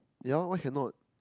yea why cannot